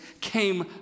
came